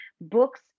books